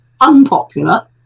unpopular